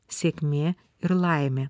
sėkmė ir laimė